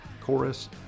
Chorus